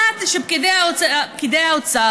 עד שפקידי האוצר,